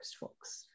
folks